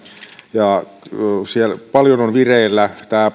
ja paljon on vireillä tämä